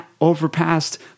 overpassed